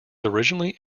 originally